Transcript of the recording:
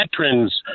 veterans